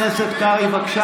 חבר הכנסת קרעי, בבקשה